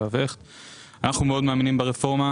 אנחנו מאוד מאמינים ברפורמה.